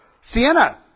Sienna